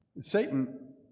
Satan